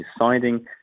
deciding